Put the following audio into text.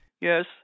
Yes